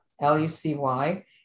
L-U-C-Y